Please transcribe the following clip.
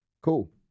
Cool